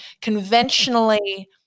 conventionally